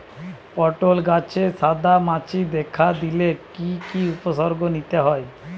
পটল গাছে সাদা মাছি দেখা দিলে কি কি উপসর্গ নিতে হয়?